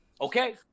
okay